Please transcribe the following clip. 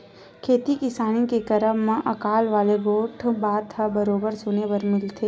खेती किसानी के करब म अकाल वाले गोठ बात ह बरोबर सुने बर मिलथे ही